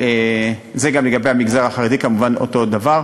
זה גם לגבי המגזר החרדי, כמובן אותו דבר.